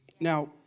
Now